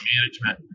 Management